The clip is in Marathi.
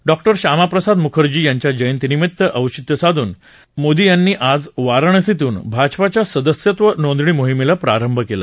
डॉक्टर श्यामाप्रसाद मुखर्जी यांच्या जयंतीदिनाचं औचित्य साधून मोदी यांनी आज वाराणसीतून भाजपाच्या सदस्यत्व नोंदणी मोहिमेला प्रारंभ केला